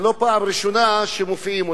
זו לא הפעם הראשונה שהם מופיעים.